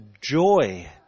joy